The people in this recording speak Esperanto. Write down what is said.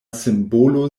simbolo